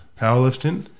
powerlifting